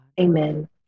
Amen